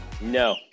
No